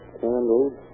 candles